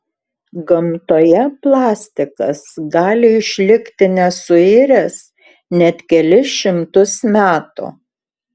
gamtoje plastikas gali išlikti nesuiręs net kelis šimtus metų